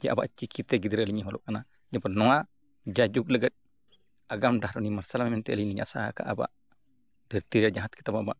ᱪᱮ ᱟᱵᱚᱣᱟᱜ ᱪᱤᱠᱤᱛᱮ ᱜᱤᱫᱽᱨᱟᱹ ᱞᱤᱧ ᱱᱮᱦᱨᱚᱜ ᱠᱟᱱᱟ ᱡᱮᱢᱚᱱ ᱱᱚᱣᱟ ᱡᱟᱭᱡᱩᱜᱽ ᱞᱟᱹᱜᱤᱫ ᱟᱜᱟᱢ ᱰᱟᱦᱟᱨ ᱞᱤᱧ ᱢᱟᱨᱥᱟᱞᱟ ᱢᱮᱱᱛᱮ ᱟᱞᱤᱧ ᱞᱤᱧ ᱟᱥᱟ ᱟᱠᱟᱫᱼᱟ ᱟᱵᱚᱣᱟᱜ ᱫᱷᱟᱹᱨᱛᱤ ᱨᱮ ᱡᱟᱦᱟᱸ ᱠᱤᱛᱟᱹᱵ ᱟᱵᱚᱣᱟᱜ